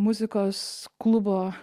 muzikos klubo